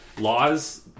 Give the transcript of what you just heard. laws